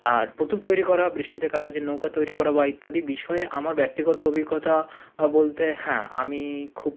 আর পুতুল তৈরি করা বৃষ্টিতে কাগজের নৌকা তৈরি করা বা ইত্যাদি বিষয়ে আমার ব্যক্তিগত অভিজ্ঞতা বলতে হ্যাঁ আমি খুব